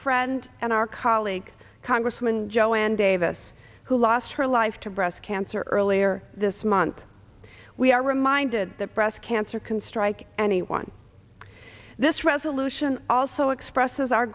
friend and our colleague congressman joanne davis who lost her life to breast cancer earlier this month we are reminded that breast cancer can strike anyone this resolution also expresses our